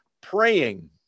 praying